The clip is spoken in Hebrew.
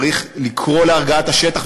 צריך לקרוא להרגעת השטח,